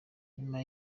nyuma